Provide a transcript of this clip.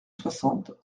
soixante